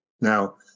Now